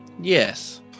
Yes